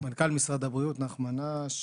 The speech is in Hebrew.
מנכ"ל משרד הבריאות נחמן אש,